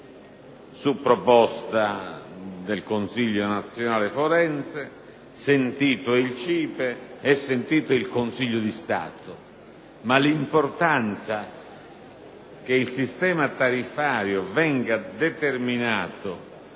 su proposta del Consiglio nazionale forense, sentiti il CIPE e il Consiglio di Stato. Il fatto che il sistema tariffario venga determinato